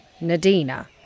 Nadina